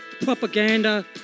propaganda